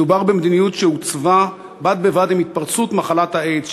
מדובר במדיניות שעוצבה בד בבד עם התפרצות מחלת האיידס,